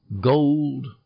Gold